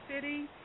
City